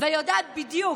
ויודעת בדיוק,